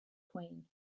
queen